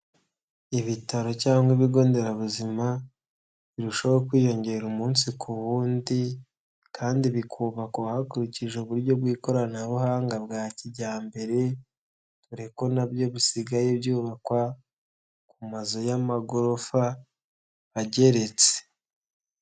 Ibitaro cyangwa ibigo nderabuzima birushaho kwiyongera umunsi ku wundi kandi bikubakwa hakurikijwe uburyo bw'ikoranabuhanga bwa kijyambere dore ko nabyo bisigaye byubakwa ku mazu y'amagorofa ageretse.